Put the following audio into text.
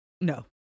No